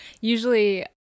Usually